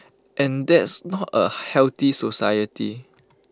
and that's not A healthy society